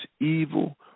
evil